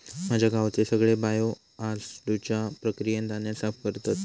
माझ्या गावचे सगळे बायो हासडुच्या प्रक्रियेन धान्य साफ करतत